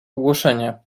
ogłoszenie